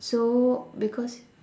so because